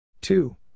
Two